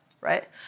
right